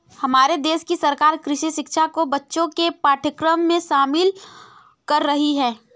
हमारे देश की सरकार कृषि शिक्षा को बच्चों के पाठ्यक्रम में शामिल कर रही है